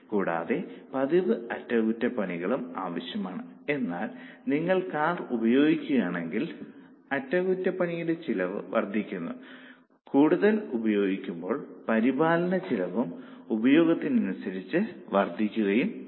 കൂടാതെ പതിവ് അറ്റകുറ്റപ്പണികളും ആവശ്യമാണ് എന്നാൽ നിങ്ങൾ കാർ ഉപയോഗിക്കുകയാണെങ്കിൽ അറ്റകുറ്റപ്പണിയുടെ ചെലവ് വർദ്ധിക്കുന്നു കൂടുതൽ ഉപയോഗിക്കുമ്പോൾ പരിപാലന ചെലവും ഉപയോഗത്തിനനുസരിച്ച് വർദ്ധിക്കുകയും ചെയ്യുന്നു